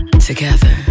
together